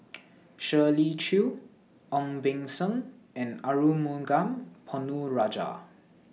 Shirley Chew Ong Beng Seng and Arumugam Ponnu Rajah